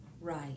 right